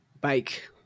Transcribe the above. bake